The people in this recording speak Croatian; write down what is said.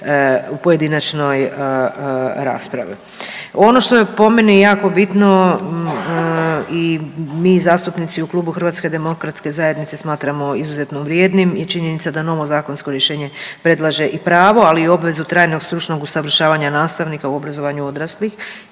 pojedinačnoj raspravi. Ono što je po meni jako bitno i mi zastupnici u Klubu HDZ-a smatramo izuzetno vrijednim je činjenica da novo zakonsko rješenje predlaže i pravo ali i obvezu trajnog stručnog usavršavanja nastavnika u obrazovanju odraslih.